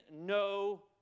no